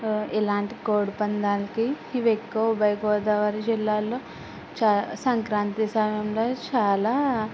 ఇలాంటి కోడి పందాలకి ఇవి ఎక్కువ ఉభయగోదావరి జిల్లాల్లో చా సంక్రాంతి సమయంలో చాలా